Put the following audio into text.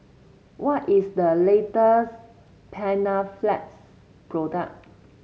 what is the latest Panaflex product